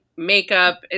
makeup